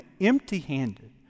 empty-handed